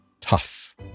tough